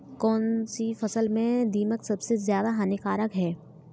कौनसी फसल में दीमक सबसे ज्यादा हानिकारक है?